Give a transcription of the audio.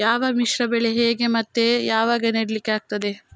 ಯಾವ ಮಿಶ್ರ ಬೆಳೆ ಹೇಗೆ ಮತ್ತೆ ಯಾವಾಗ ನೆಡ್ಲಿಕ್ಕೆ ಆಗ್ತದೆ?